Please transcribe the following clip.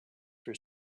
for